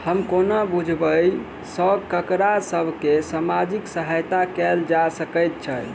हम कोना बुझबै सँ ककरा सभ केँ सामाजिक सहायता कैल जा सकैत छै?